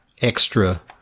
extra